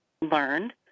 learned